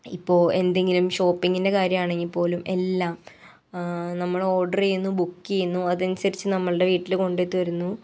ഇപ്പോൾ എന്തെങ്കിലും ഷോപ്പിങ്ങിൻ്റെ കാര്യണങ്കിപ്പോലും എല്ലാം നമ്മൾ ഓഡ്റ് ചെയ്യുന്നു ബുക്ക് ചെയ്യുന്നു അതിനനുസരിച്ച് നമ്മളുടെ വീട്ടിൽ കൊണ്ട് തരുന്നു